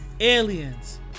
Aliens